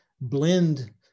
blend